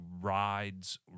rides